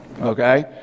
Okay